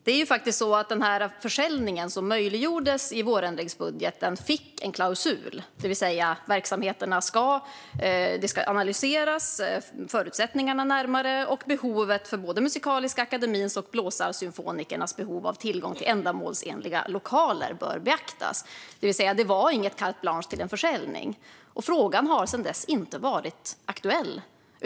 Det är faktiskt så att den försäljning som möjliggjordes i vårändringsbudgeten fick en klausul som innebar att verksamheternas förutsättningar ska analyseras närmare liksom att både Musikaliska Akademiens och Blåsarsymfonikernas behov av tillgång till ändamålsenliga lokaler bör beaktas. Det var alltså inget carte blanche för en försäljning. Frågan har sedan dess inte varit aktuell.